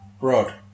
Rod